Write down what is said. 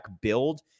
build